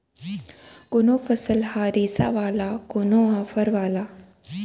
कोनो फसल ह रेसा वाला, कोनो ह फर वाला